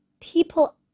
people